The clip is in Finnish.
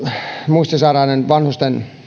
muistisairaiden vanhusten